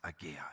again